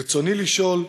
ברצוני לשאול: